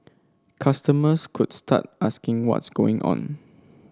customers could start asking what's going on